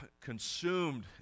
consumed